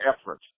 effort